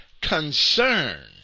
concern